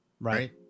right